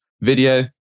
video